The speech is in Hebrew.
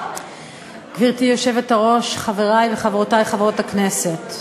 גברתי היושבת-ראש, חברי וחברותי חברות הכנסת,